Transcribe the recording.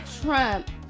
Trump